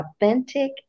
authentic